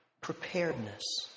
preparedness